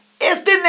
este